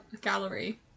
gallery